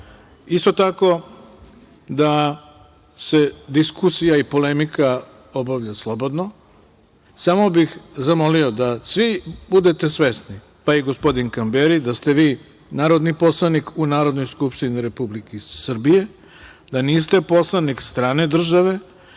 isto tako da se diskusija i polemika obavlja slobodno, a samo bih zamolio da svi budete svesni, pa i gospodin Kamberi da ste vi narodni poslanik u Narodnoj skupštine Republike Srbije, da niste poslanik strane države